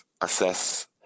assess